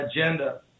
agenda